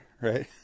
right